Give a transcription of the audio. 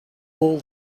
pull